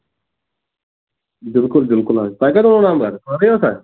بِلکُل بِلکُل حظ تۅہہِ کتہِ اوٚنوٕ نمبر خٲرٕے اوسا